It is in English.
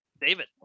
David